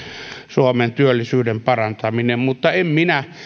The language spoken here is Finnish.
suomen työllisyyden parantaminen mutta en minä